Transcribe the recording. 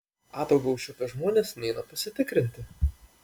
ataugą užčiuopę žmonės neina pasitikrinti